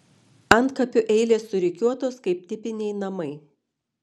antkapių eilės surikiuotos kaip tipiniai namai